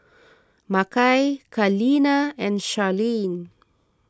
Makai Kaleena and Sharlene